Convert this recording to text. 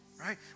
Right